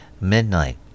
Midnight